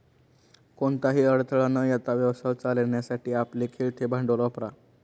कोणताही अडथळा न येता व्यवसाय चालवण्यासाठी आपले खेळते भांडवल वापरा